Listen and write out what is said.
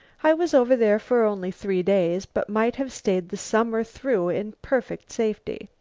i was over there for only three days but might have stayed the summer through in perfect safety.